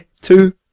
two